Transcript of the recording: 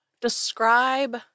Describe